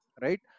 right